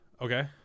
okay